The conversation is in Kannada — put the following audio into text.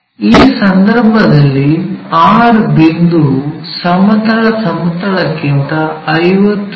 ಈ ಸಂದರ್ಭದಲ್ಲಿ R ಬಿಂದುವು ಸಮತಲ ಸಮತಲಕ್ಕಿಂತ 50 ಮಿ